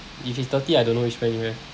if it's thirty I don't know which plan you have